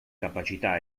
capacità